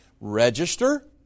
register